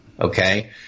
Okay